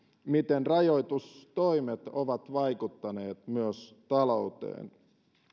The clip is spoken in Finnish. miten rajoitustoimet ovat vaikuttaneet myös talouteen